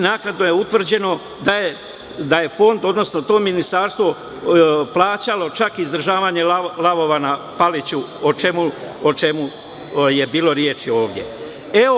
Naknadno je utvrđeno da je fond, odnosno to ministarstvo, plaćalo čak izdržavanje lavova na Paliću, o čemu je bilo ovde reči.